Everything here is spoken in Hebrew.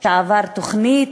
שעבר תוכנית,